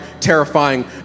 terrifying